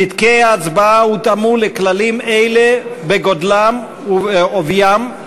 פתקי ההצבעה הותאמו לכללים אלה בגודלם ובעוביים,